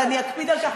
ואני אקפיד על כך,